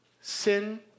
sin